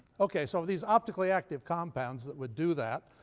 okay, so these optically active compounds that would do that,